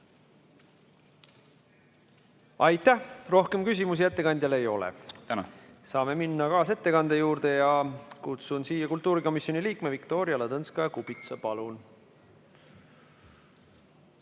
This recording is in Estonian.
Aitäh! Rohkem küsimusi ettekandjale ei ole. Saame minna kaasettekande juurde. Kutsun siia kultuurikomisjoni liikme Viktoria Ladõnskaja-Kubitsa. Palun!